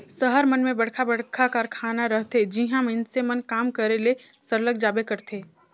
सहर मन में बड़खा बड़खा कारखाना रहथे जिहां मइनसे मन काम करे ले सरलग जाबे करथे